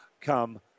come